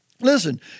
Listen